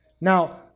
Now